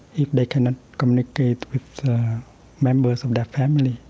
if they cannot communicate with members of their family,